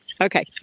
okay